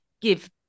give